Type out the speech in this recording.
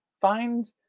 Find